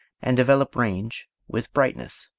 and develop range with brightness.